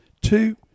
two